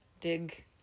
dig